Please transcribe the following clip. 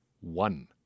One